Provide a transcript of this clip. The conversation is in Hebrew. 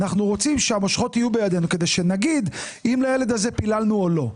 אנחנו רוצים שהמושכות יהיו בידינו כדי שנגיד אם לילד הזה פיללנו או לא.